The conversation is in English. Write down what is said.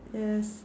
yes